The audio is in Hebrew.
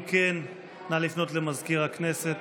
אם כן, נא לפנות למזכיר הכנסת.